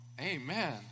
amen